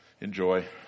enjoy